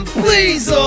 please